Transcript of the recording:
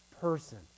person